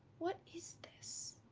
what is this?